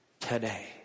today